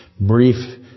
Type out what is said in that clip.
brief